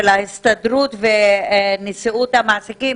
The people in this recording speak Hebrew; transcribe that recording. של ההסתדרות ונשיאות המעסיקים,